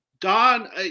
Don